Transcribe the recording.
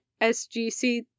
SGC